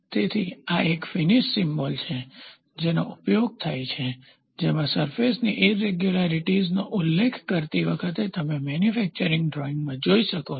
તેથી આ એક ફીનીશ સિમ્બોલ છે જેનો ઉપયોગ થાય છે જેમાં સરફેસની ઈરેગ્યુલારીટીઝ નો ઉલ્લેખ કરતી વખતે તમે મેન્યુફેક્ચરિંગ ડ્રોઇંગમાં જોઈ શકો છો